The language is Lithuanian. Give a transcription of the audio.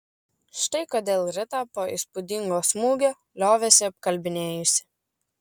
štai kodėl rita po įspūdingo smūgio liovėsi apkalbinėjusi